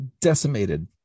decimated